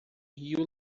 rio